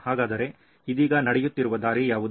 ಹಾಗಾದರೆ ಇದೀಗ ನಡೆಯುತ್ತಿರುವ ದಾರಿ ಯಾವುದು